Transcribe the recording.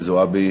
חנין זועבי